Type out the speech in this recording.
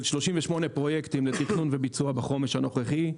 של 38 פרויקטים לתכנון ולביצוע בחומש הנוכחי,